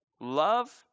Love